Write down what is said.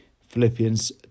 Philippians